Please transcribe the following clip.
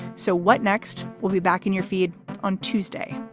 so what next? we'll be back in your feed on tuesday.